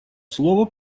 слово